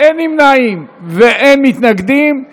אין נמנעים ואין מתנגדים.